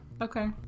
Okay